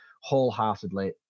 wholeheartedly